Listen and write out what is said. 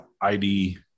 ID